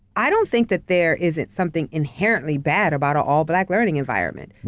i don't think that there isn't something inherently bad about a all black learning environment.